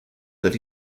that